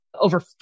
over